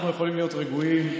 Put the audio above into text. אנחנו יכולים להיות רגועים.